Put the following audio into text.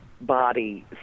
body